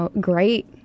great